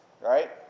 Right